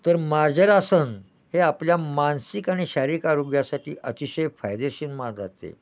तर मार्जारीआसन हे आपल्या मानसिक आणि शारीक आरोग्यासाटी अतिशय फायदेशीर मा जाते